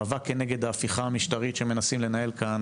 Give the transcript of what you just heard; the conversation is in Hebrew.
מאבק כנגד ההפיכה המשטרית שמנסים לנהל כאן,